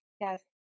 Yes